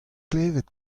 klevet